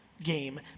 game